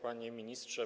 Panie Ministrze!